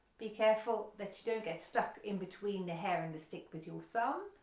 be careful that you don't get stuck in between the hair and the stick with your song